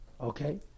Okay